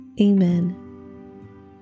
Amen